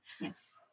Yes